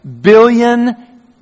billion